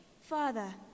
Father